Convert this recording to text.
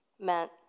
meant